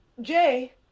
Jay